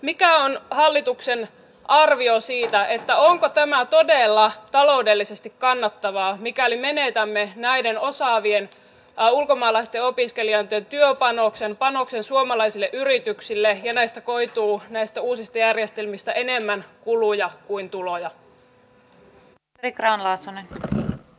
mikä on hallituksen arvio siitä että onko tämä todella taloudellisesti kannattavaa mikäli menetämme näiden osaavien ulkomaalaisten opiskelijoiden työpanoksen panoksen suomalaisille yrityksille ja näistä uusista järjestelyistä koituu enemmän kuluja kuin tuloja